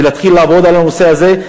ולהתחיל לעבוד על הנושא הזה,